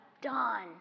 done